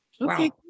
Okay